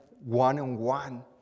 one-on-one